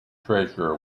treasurer